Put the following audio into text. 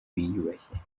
biyubashye